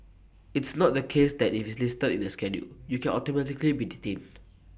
it's not the case that if listed in the schedule you can automatically be detained